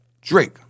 Drake